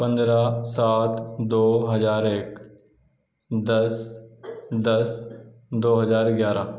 پندرہ سات دو ہزار ایک دس دس دو ہزار گیارہ